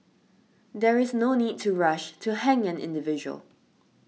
there is no need to rush to hang an individual